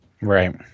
Right